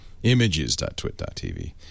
Images.twit.tv